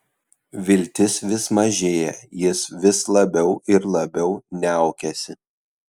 viltis vis mažėja jis vis labiau ir labiau niaukiasi